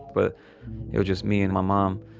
but it was just me and my mom.